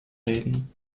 reden